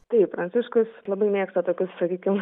taip pranciškus labai mėgsta tokius sakykim